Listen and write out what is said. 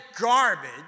garbage